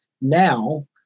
now